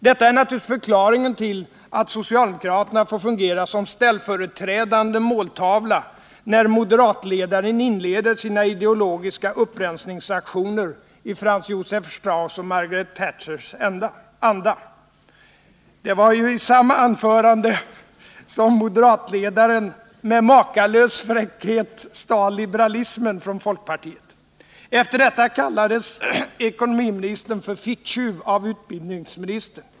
Detta är naturligtvis förklaringen till att socialdemokraterna får fungera som ställföreträdande måltavla, när moderatledaren inleder sina ideologiska upprensningsaktioner i Franz Josef Strauss och Margaret Thatchers anda. Det var ju i samma anförande som moderatledaren med makalös fräckhet stal liberalismen från folkpartiet. Efter detta kallades ekonomiministern för ficktjuv av utbildningsministern.